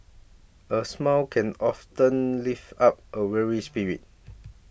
a smile can often lift up a weary spirit